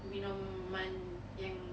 minuman yang